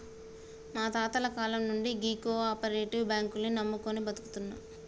మా తాతల కాలం నుండి గీ కోపరేటివ్ బాంకుల్ని నమ్ముకొని బతుకుతున్నం